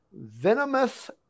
Venomous